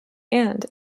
and